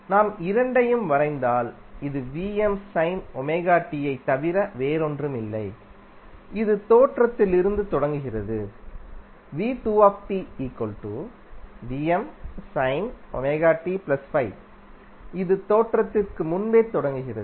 நாம் இரண்டையும் வரைந்தால் இது Vm sin omega tஐத்தவிர வேறொன்றுமில்லை இது தோற்றத்திலிருந்துதொடங்குகிறது இது தோற்றத்திற்கு முன்பே தொடங்குகிறது